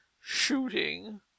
shooting